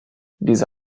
diese